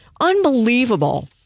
Unbelievable